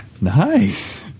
nice